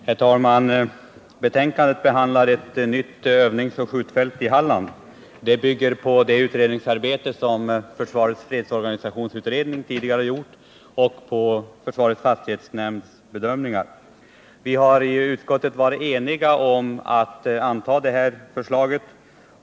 Herr talman! Betänkandet behandlar frågan om ett nytt övningsoch skjutfält i Halland. Propositionens förslag bygger på den utredning som försvarets fredsorganisationsutredning har gjort och på försvarets fastighetsnämnds bedömningar. Vi har i utskottet varit eniga om ati tillstyrka förslaget.